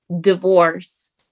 divorce